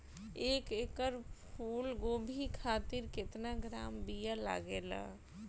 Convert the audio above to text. एक एकड़ फूल गोभी खातिर केतना ग्राम बीया लागेला?